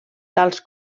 tals